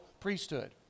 priesthood